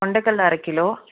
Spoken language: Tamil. கொண்டைக்கல்ல அரை கிலோ